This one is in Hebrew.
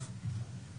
צינוק.